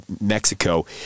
Mexico